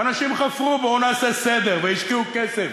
והאנשים חפרו: בואו נעשה סדר, והשקיעו כסף.